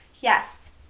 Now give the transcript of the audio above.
Yes